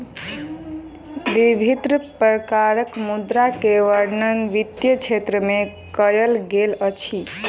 विभिन्न प्रकारक मुद्रा के वर्णन वित्तीय क्षेत्र में कयल गेल अछि